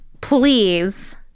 Please